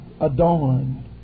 adorned